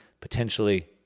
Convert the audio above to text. potentially